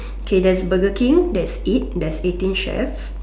okay there's Burger King there's eat there's eighteen chefs